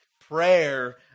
Prayer